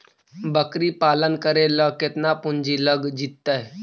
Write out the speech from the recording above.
बकरी पालन करे ल केतना पुंजी लग जितै?